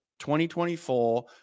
2024